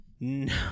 No